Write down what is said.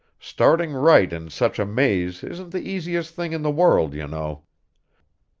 starting right in such a maze isn't the easiest thing in the world, you know.